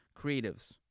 creatives